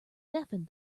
deafened